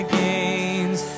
gains